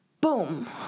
boom